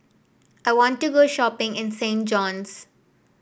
I want to go shopping in Saint John's